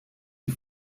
die